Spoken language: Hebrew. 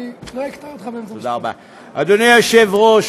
אדוני היושב-ראש,